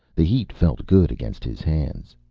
the heat felt good against his hands.